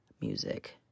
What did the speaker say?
music